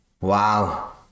Wow